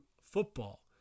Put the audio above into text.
football